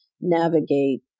navigate